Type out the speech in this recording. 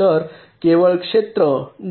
तर केवळ क्षेत्र